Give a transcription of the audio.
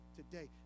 today